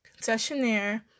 Concessionaire